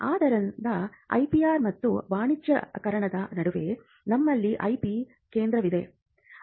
ಆದ್ದರಿಂದ ಐಪಿಆರ್ ಮತ್ತು ವಾಣಿಜ್ಯೀಕರಣದ ನಡುವೆ ನಮ್ಮಲ್ಲಿ ಐಪಿ ಕೇಂದ್ರವಿದೆ